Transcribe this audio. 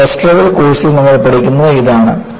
ഒരു first level കോഴ്സിൽ നമ്മൾ പഠിക്കുന്നത് ഇതാണ്